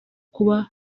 kuba